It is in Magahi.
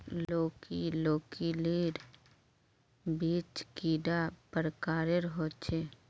लौकी लौकीर बीज कैडा प्रकारेर होचे?